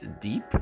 deep